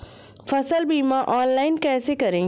फसल बीमा ऑनलाइन कैसे करें?